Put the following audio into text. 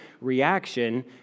reaction